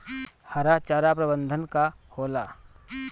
हरा चारा प्रबंधन का होला?